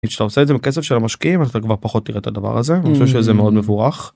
אם כשאתה עושה את זה בכסף של המשקיעים אתה כבר פחות תראה את הדבר הזה, אני חושב שזה מאוד מבורך.